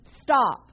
stop